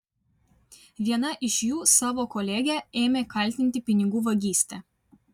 viena iš jų savo kolegę ėmė kaltinti pinigų vagyste